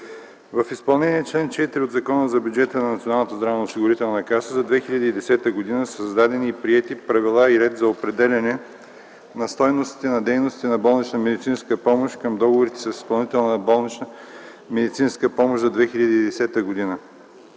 В изпълнение на чл. 4 от Закона за бюджета на Националната здравноосигурителна каса за 2010 г. са създадени и приети Правила и ред за определяне на стойностите на дейностите на болнична медицинска помощ към договорите с изпълнител на болнична медицинска помощ за 2010 г.